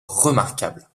remarquables